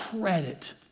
credit